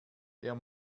der